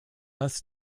less